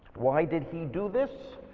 why did he do this?